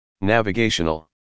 navigational